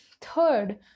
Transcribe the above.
third